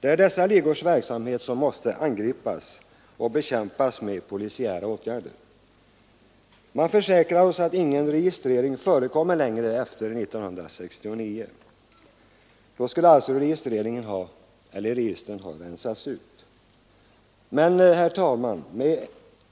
Det är dessa ligors verksamhet som måste angripas och bekämpas med polisiära åtgärder. Man försäkrar oss att ingen registrering förekommer längre efter 1969, när registren skulle ha rensats ut. Men, herr talman,